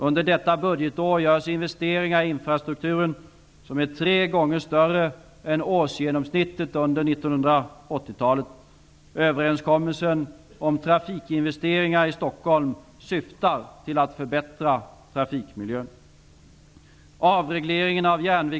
Under detta budgetår görs investeringar i infrastrukturen som är tre gånger större än årsgenomsnittet under 1980-talet. Stockholm syftar till att förbättra trafikmiljön.